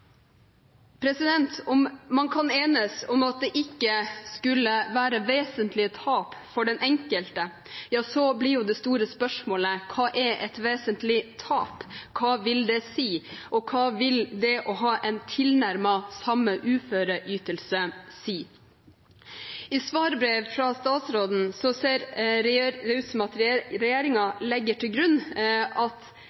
Om man kan enes om at det ikke skulle være vesentlige tap for den enkelte, blir jo det store spørsmålet: Hva er et vesentlig tap? Hva vil det si, og hva vil det si å ha tilnærmet samme uføreytelse? I svarbrevet fra statsråden ser det ut som at regjeringen legger til grunn at